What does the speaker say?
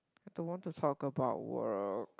don't want to talk about work